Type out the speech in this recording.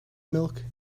milk